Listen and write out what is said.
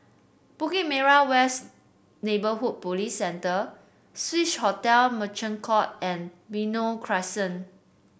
Bukit Merah West Neighbourhood Police Centre Swissotel Merchant Court and Benoi Crescent